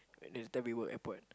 the interviewer airport